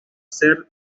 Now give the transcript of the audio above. ser